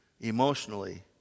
emotionally